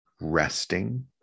resting